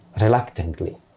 reluctantly